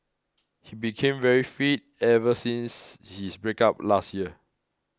he became very fit ever since his breakup last year